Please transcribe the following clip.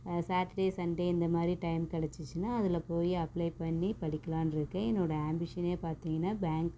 Saturday Sunday இந்த மாதிரி time கிடச்சிச்சினா அதில் போய் அப்ளே பண்ணி படிக்கலான்ருக்கேன் என்னோடய ஆம்பிஷனே பார்த்திங்கனா பேங்குக்கு